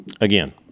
again